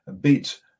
beat